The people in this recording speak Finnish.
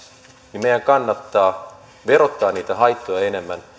niin meidän kannattaa verottaa niitä haittoja enemmän